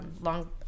long